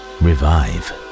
revive